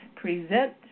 present